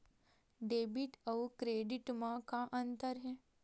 Debit अउ credit म का अंतर हे?